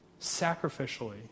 sacrificially